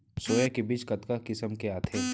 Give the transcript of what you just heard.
Soya के बीज कतका किसम के आथे?